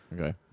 Okay